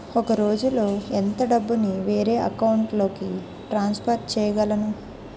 ఒక రోజులో ఎంత డబ్బుని వేరే అకౌంట్ లోకి ట్రాన్సఫర్ చేయగలను?